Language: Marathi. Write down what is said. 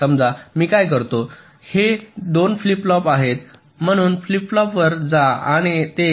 समजा मी काय करतो हे 2 फ्लिप फ्लॉप आहेत म्हणून फ्लिप फ्लॉपवर जा आणि ते येथे ठेवा